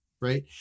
right